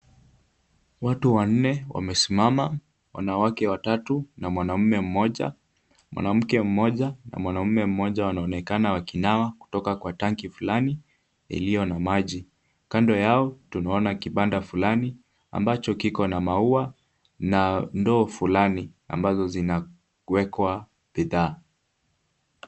Watu wanne wamesimama, wanawake watatu na mwanaume mmoja. Mwanamke mmoja na mwanaume mmoja wanaonekana wakinawa kutoka kwa tanki fulani iliyo na maji. Kando yao tunaona kibanda fulani ambacho kiko na maua na ndoo fulani ambazo zinawekwa bidhaa.